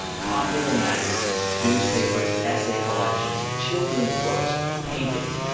popular magazines, news papers, essay collections, children's books, paintings.